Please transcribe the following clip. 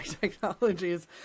technologies